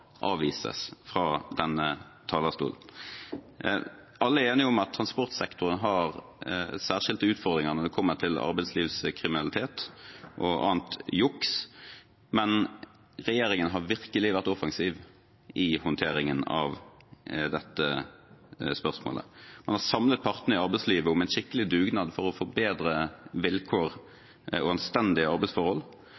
avvises fra denne talerstolen. Alle er enige om at transportsektoren har særskilte utfordringer når det kommer til arbeidslivskriminalitet og annet juks, men regjeringen har virkelig vært offensiv i håndteringen av dette spørsmålet. Man har samlet partene i arbeidslivet om en skikkelig dugnad for å få bedre vilkår